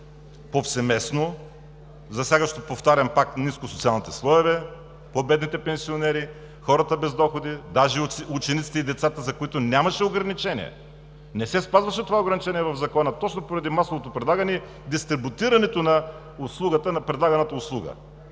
повсеместно, засягащо, повтарям пак, ниско социалните слоеве – по-бедните пенсионери, хората без доходи, даже учениците и децата, за които нямаше ограничение. Не се спазваше това ограничение в Закона точно поради масовото предлагане и дистрибутирането на предлаганата услуга,